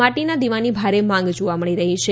માટીના દીવાની ભારે માંગ જોવા મળી રહી છે